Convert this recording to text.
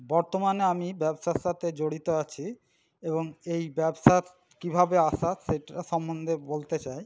বর্তমানে আমি ব্যবসার সাথে জড়িত আছি এবং এই ব্যবসার কীভাবে আসা সেটা সম্বন্ধে বলতে চাই